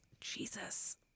jesus